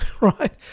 right